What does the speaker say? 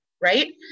right